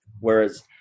Whereas